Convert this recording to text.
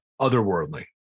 otherworldly